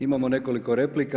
Imamo nekoliko replika.